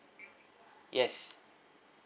yes